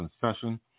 session